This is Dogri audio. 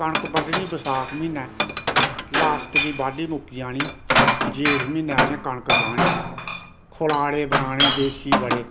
कनक बड्ढनी बसाख म्हीनै लास्ट गी बाह्ड्डी मुक्की जानी जेठ म्हीनै असैं कनक गाह्नी खलाड़े बनाने देसी बड़े